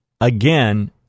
again